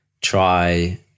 try